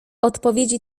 odpowiedzi